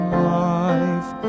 life